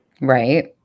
Right